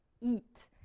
eat